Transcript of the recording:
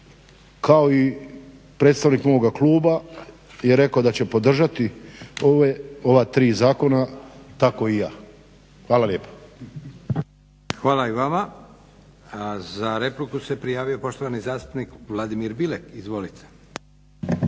Kao i predstavnik moga kluba, jer rekao da će podržati ova 3 zakona, tako i ja. Hvala lijepa. **Leko, Josip (SDP)** Hvala i vama. Za repliku se prijavio poštovani zastupnik Vladimir Bilek. Izvolite.